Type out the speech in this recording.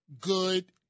good